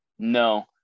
No